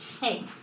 hey